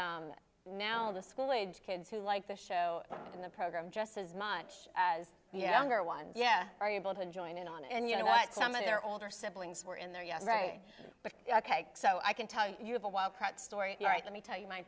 but now the school age kids who like the show in the program just as much as younger ones yeah are you able to join in on it and you know what some of their older siblings were in there yesterday but ok so i can tell you you have a wild story right let me tell you my